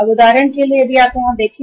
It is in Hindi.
अब उदाहरण के लिए यदि आप यहां देखें